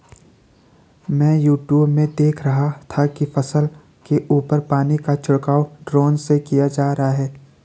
मैं यूट्यूब में देख रहा था कि फसल के ऊपर पानी का छिड़काव ड्रोन से किया जा रहा है